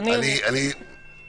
ועוד איזה עונש.